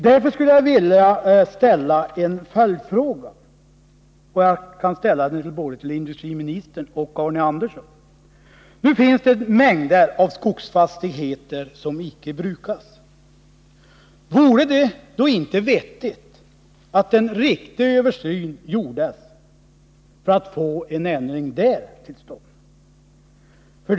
Jag vill därför ställa en följdfråga — den kan gälla både industriministern och Arne Andersson i Ljung: Vore det inte vettigt att med hänsyn till att det finns mängder av skogsfastigheter som icke brukas göra en ordentlig översyn för att få en ändring till stånd?